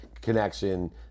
connection